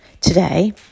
today